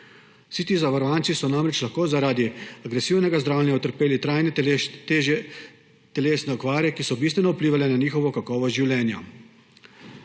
Vsi ti zavarovanci so namreč lahko zaradi agresivnega zdravljenja utrpeli trajne težje telesne okvare, ki so bistveno vplivale na njihovo kakovost življenja.